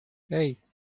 hey